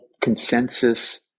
consensus